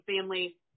family